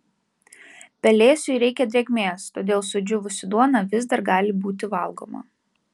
pelėsiui reikia drėgmės todėl sudžiūvusi duona vis dar gali būti valgoma